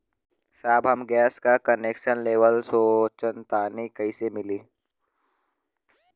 साहब हम गैस का कनेक्सन लेवल सोंचतानी कइसे मिली?